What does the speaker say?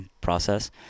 process